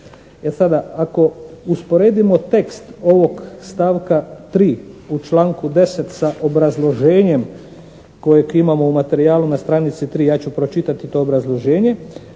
ako usporedimo tekst ovog stavka 3. u članku 10. sa obrazloženjem kojeg imamo u materijalu na stranici 3. Ja ću pročitati to obrazloženje.